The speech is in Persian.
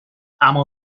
اما